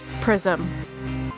prism